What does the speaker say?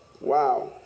Wow